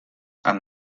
han